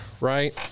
right